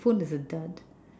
the phone is a dud